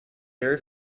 very